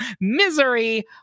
Misery